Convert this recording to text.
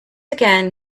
again